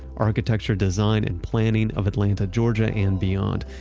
architecture design and planning of atlanta georgia and beyond.